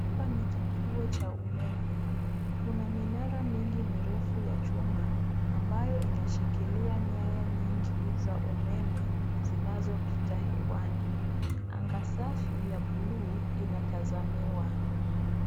Hapa ni kituo cha umeme. Kuna minara mingi mirefu ya chuma, ambayo inashikilia nyaya nyingi za umeme, zinazopita hewani. Anga safi ya bluu inatazamiwa.